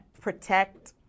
protect